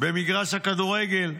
במגרש הכדורגל.